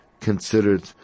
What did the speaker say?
considered